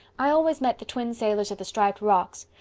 i always met the twin sailors at the striped rocks.